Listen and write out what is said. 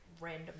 random